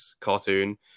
cartoon